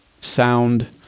sound